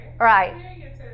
Right